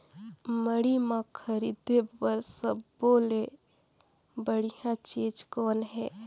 मंडी म खरीदे बर सब्बो ले बढ़िया चीज़ कौन हे?